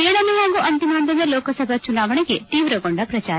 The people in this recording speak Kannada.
ಏಳನೇ ಹಾಗೂ ಅಂತಿಮ ಪಂತದ ಲೋಕಸಭಾ ಚುನಾವಣೆಗೆ ತೀವ್ರಗೊಂಡ ಪ್ರಚಾರ